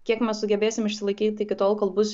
kiek mes sugebėsim išsilaikyt iki tol kol bus